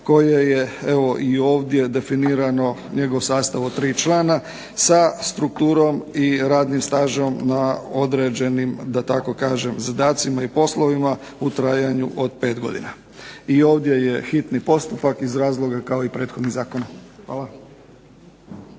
koje je i ovdje definirano njegov sastav od tri člana sa strukturom i radnim stažom na određenim zadacima i poslovima u trajanju od 5 godina. I ovdje je hitni postupak iz razloga kao i prethodni zakon. Hvala.